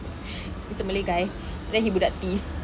it's a malay guy then he budak T